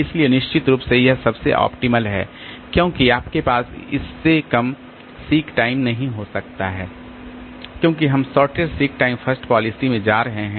इसलिए निश्चित रूप से यह सबसे ऑप्टिमल है क्योंकि आपके पास इससे कम सीक टाइम नहीं हो सकता है क्योंकि हम shortest seek time first policy में जा रहे हैं